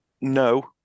No